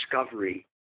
discovery